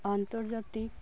ᱟᱱᱛᱚᱨᱡᱟᱛᱤᱠ